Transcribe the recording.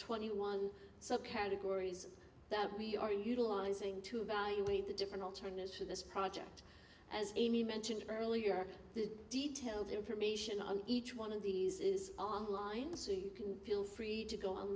twenty one so categories that we are utilizing to evaluate the different alternatives for this project as amy mentioned earlier the detailed information on each one of these is online so you can feel free to go